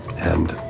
and